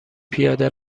پیاده